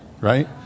Right